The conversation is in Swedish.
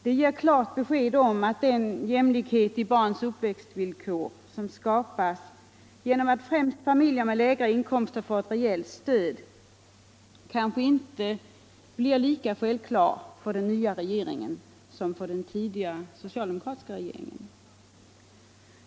Detta ger klara besked om att en jämlikhet i barns uppväxtvillkor som skapas genom att främst familjer med lägre inkomster får ett rejält stöd kanske inte blir lika självklar för den nya regeringen som den var för den tidigare socialdemokratiska regeringen.